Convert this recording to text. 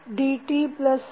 iVR1LVdtCdvdt